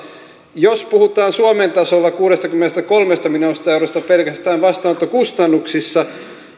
jos puhutaan suomen tasolla kuudestakymmenestäkolmesta miljoonasta eurosta pelkästään vastaanottokustannuksissa